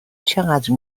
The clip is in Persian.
چقدر